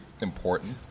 important